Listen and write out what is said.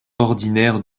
ordinaire